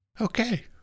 Okay